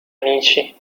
amici